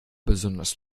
besonders